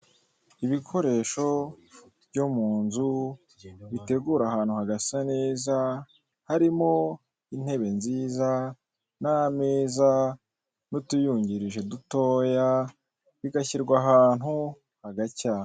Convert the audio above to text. Ibikoresho byo mu nzu bitegura ahantu hagasa neza harimo intebe nziza n'ameza n'utuyungirije dutoya bigashyirwa ahantu hagacya.